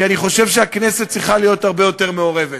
כי אני חושב שהכנסת צריכה להיות הרבה יותר מעורבת.